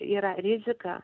yra rizika